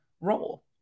role